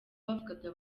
bavugaga